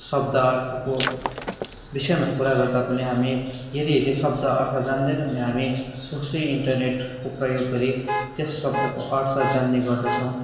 शब्दार्थको विषयमा कुरा गर्दा पनि हामी यदि त्यो शब्द अर्थ जान्दैनौँ भने हामी सोझै इन्टरनेटको प्रयोग गरी त्यस श्ब्दको अर्थ जान्ने गर्दछौँ